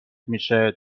میشه